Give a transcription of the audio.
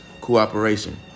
cooperation